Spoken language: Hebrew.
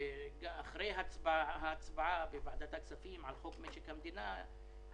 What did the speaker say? אחרי ההצבעה בוועדת הכספים על חוק משק המדינה,